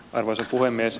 arvoisa puhemies